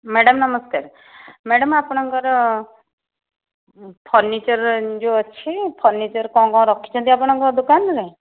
madam ନମସ୍କାର madam ଆପଣଙ୍କର furniture ଯେଉଁ ଅଛି ଫର୍ଣ୍ଣିଚର କ'ଣ କ'ଣ ରଖିଛନ୍ତି ଆପଣଙ୍କ ଦୋକାନରେ